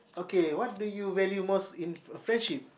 okay what do you value most in friendship